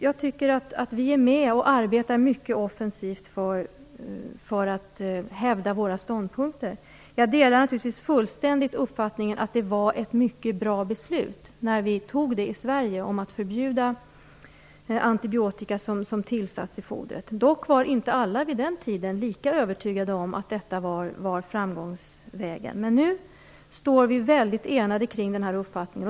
Jag tycker att vi är med och arbetar mycket offensivt för att hävda våra ståndpunkter. Jag delar naturligtvis fullständigt uppfattningen att det var ett mycket bra beslut som vi fattade i Sverige om att förbjuda antibiotika som tillsats i fodret. Dock var inte alla vid den tiden lika övertygade om att det var en väg till framgång, men nu står vi enade i den här frågan.